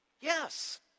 Yes